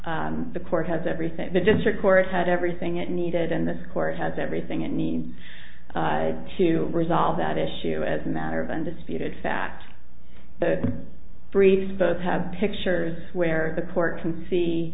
not the court has everything the district court had everything it needed and this court has everything it needs to resolve that issue as a matter of undisputed fact the briefs both have pictures where the court can see